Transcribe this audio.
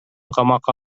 камакка